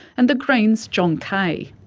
and the greens john kaye.